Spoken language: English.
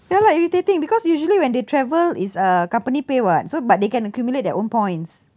ya lah irritating because usually when they travel it's uh company [what] so but they can accumulate their own points